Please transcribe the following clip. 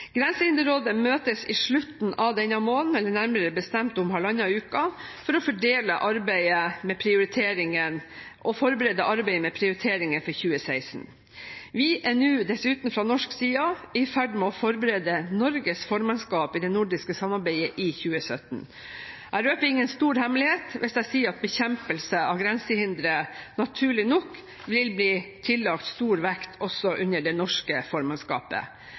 Grensehinderrådet møtes i slutten av denne måneden, eller nærmere bestemt om halvannen uke, for å forberede arbeidet med prioriteringen for 2016. Vi er nå dessuten fra norsk side i ferd med å forberede Norges formannskap i det nordiske samarbeidet i 2017. Jeg røper ingen stor hemmelighet hvis jeg sier at bekjempelse av grensehindre naturlig nok vil bli tillagt stor vekt også under det norske formannskapet.